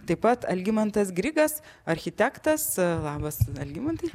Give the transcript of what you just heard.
taip pat algimantas grigas architektas labas algimantai